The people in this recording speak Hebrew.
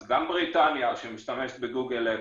אז גם בריטניה, שמשתמשת בגוגל-אפל,